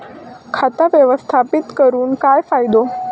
खाता व्यवस्थापित करून काय फायदो?